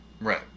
Right